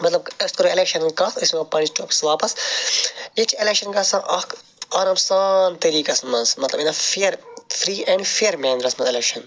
مَطلَب أسۍ کرو ایٚلیٚکشَنَن ہٕنٛز کتھ أسۍ یمو پَننِس ٹاپِکَس واپَس ییٚتہِ چھِ ایٚلیٚکشَن گَژھان اکھ آرام سان طریٖقَس مَنٛز مَطلَب in a fair free and fair مینرَس مَنٛز ایٚلیٚکشَن